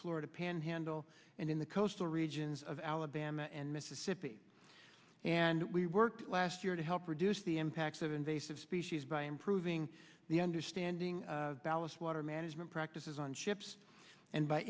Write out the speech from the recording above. florida panhandle and in the coastal regions of alabama and mississippi and we worked last year to help reduce the impacts of invasive species by improving the understanding ballast water management practices on ships and b